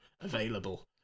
available